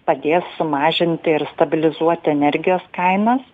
padės sumažinti ir stabilizuoti energijos kainas